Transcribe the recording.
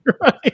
Right